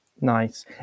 nice